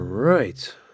right